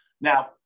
Now